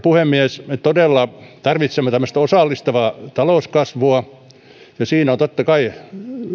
puhemies todella tarvitsemme tämmöista osallistavaa talouskasvua ja siinä ovat totta kai